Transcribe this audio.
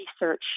research